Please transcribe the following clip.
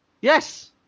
Yes